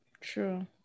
true